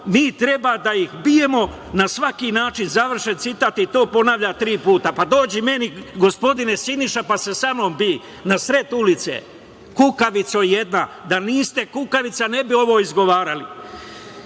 mi treba da ih bijemo na svaki način, završen citat. I to ponavlja tri puta. Pa, dođi meni, gospodine Siniša, pa se sa mnom bij, na sred ulice, kukavico jedna. Da niste kukavica ne bi ovo izgovarali. Ovakve